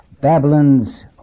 Babylon's